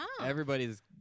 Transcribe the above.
Everybody's